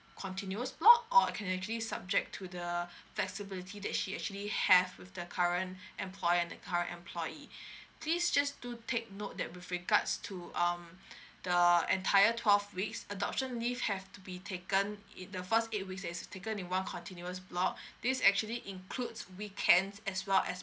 continuous block or can actually subject to the flexibility that she actually have with the current employer and the current employee please just do take note that with regards to um the entire twelve weeks adoption leave have to be taken it the first eight weeks has to be taken in one continuous block this actually includes weekends as well as